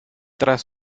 tras